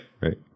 Right